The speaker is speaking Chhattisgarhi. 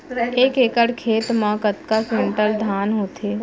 एक एकड़ खेत मा कतका क्विंटल धान होथे?